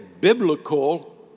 biblical